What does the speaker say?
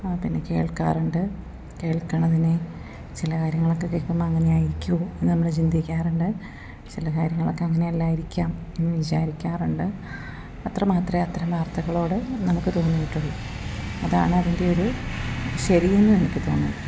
പിന്നെ കേൾക്കാറുണ്ട് കേൾക്കുന്നതിന് ചില കാര്യങ്ങളൊക്കെ കേൾക്കുമ്പോൾ അങ്ങനെ ആയിരിക്കുമോ എന്നു നമ്മള് ചിന്തിക്കാറുണ്ട് ചില കാര്യങ്ങളൊക്കെ അങ്ങനെ അല്ലായിരിക്കാം എന്ന് വിചാരിക്കാറുണ്ട് അത്ര മാത്രമേ അത്തരം വാർത്തകളോട് നമുക്ക് തോന്നിയിട്ടുള്ളത് അതാണ് അതിൻ്റെ ഒരു ശരിയെന്ന് എനിക്ക് തോന്നുന്നത്